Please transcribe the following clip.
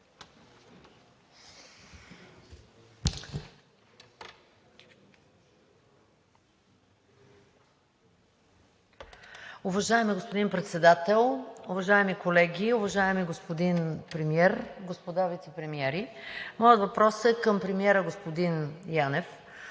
Уважаеми господин Председател, уважаеми колеги, уважаеми господин Премиер, господа вицепремиери! Моят въпрос е към премиера господин Янев.